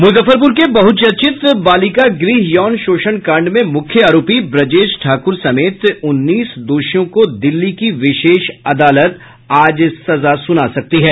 मुजफ्फरपुर के बहुचर्चित बालिका गृह यौन शोषण कांड में मुख्य आरोपी ब्रजेश ठाकुर समेत उन्नीस दोषियों को दिल्ली की विशेष अदालत आज सजा सुना सकती है